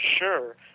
sure